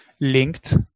linked